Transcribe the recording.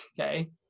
okay